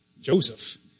Joseph